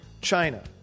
China